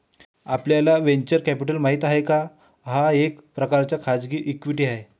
आपल्याला venture capital माहित आहे, हा एक प्रकारचा खाजगी इक्विटी आहे